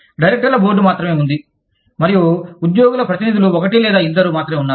డైరెక్టర్ల బోర్డు మాత్రమే ఉంది మరియు ఉద్యోగుల ప్రతినిధులు ఒకటి లేదా ఇద్దరు మాత్రమే ఉన్నారు